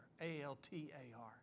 A-L-T-A-R